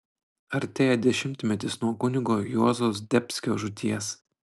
artėja dešimtmetis nuo kunigo juozo zdebskio žūties